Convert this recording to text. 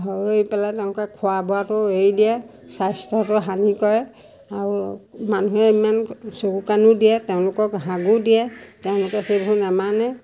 হৈ পেলাই তেওঁলোকে খোৱা বোৱাটো এৰি দিয়ে স্বাস্থ্যটো হানি কৰে আৰু মানুহে ইমান চকু কাণো দিয়ে তেওঁলোকক হাকো দিয়ে তেওঁলোকে সেইবোৰ নেমানে